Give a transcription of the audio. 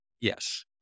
Yes